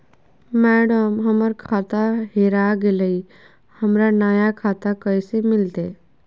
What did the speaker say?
madam, हमर खाता हेरा गेलई, हमरा नया खाता कैसे मिलते